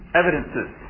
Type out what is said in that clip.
evidences